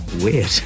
weird